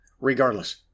Regardless